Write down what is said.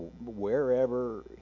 wherever